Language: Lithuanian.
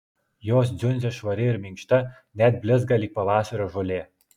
jos dziundzė švari ir minkšta net blizga lyg pavasario žolė